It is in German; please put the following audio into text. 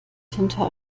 hinter